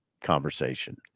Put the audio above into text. conversation